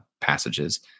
passages